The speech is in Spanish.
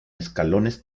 escalones